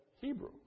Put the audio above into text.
Hebrew